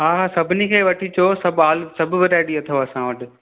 हा हा सभिनी खे वठी अचो सभु आल सभु वेराइटी अथव असां वटि